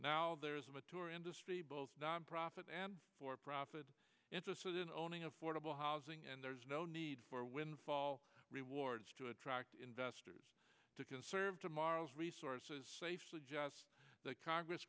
now there is a mature industry both nonprofit and for profit interests within owning affordable housing and there's no need for windfall rewards to attract investors to conserve tomorrow's resources say suggest that congress